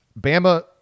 Bama